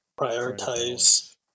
prioritize